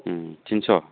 थिनस'